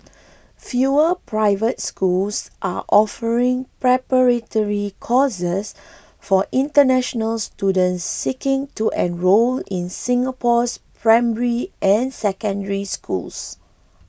fewer private schools are offering preparatory courses for international students seeking to enrol in Singapore's primary and Secondary Schools